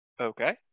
Okay